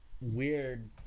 weird